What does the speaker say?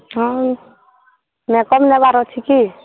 ହଁ ମେକ୍ଅପ୍ ନେବାର ଅଛି କି